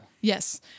Yes